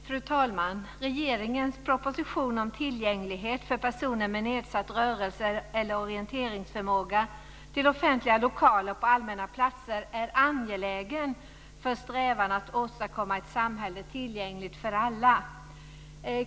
Fru talman! Regeringens proposition om tillgänglighet för personer med nedsatt rörelse eller orienteringsförmåga till offentliga lokaler och på allmänna platser är angelägen för strävan att åstadkomma ett samhälle tillgängligt för alla.